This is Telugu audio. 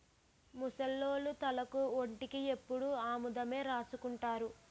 ముసలోళ్లు తలకు ఒంటికి ఎప్పుడు ఆముదమే రాసుకుంటారు